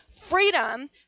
freedom